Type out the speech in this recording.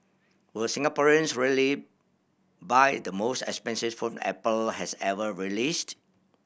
will Singaporeans really buy the most expensive phone Apple has ever released